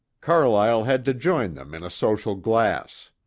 carlyle had to join them in a social glass.